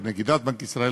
או נגידת בנק ישראל,